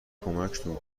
کمکتون